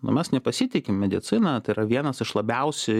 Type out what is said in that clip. nu mes nepasitikim medicina tai yra vienas iš labiausiai